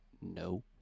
No